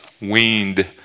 weaned